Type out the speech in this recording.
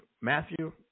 Matthew